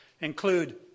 include